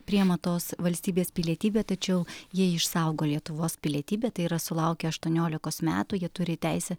priima tos valstybės pilietybę tačiau jie išsaugo lietuvos pilietybę tai yra sulaukę aštuoniolikos metų jie turi teisę